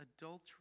adultery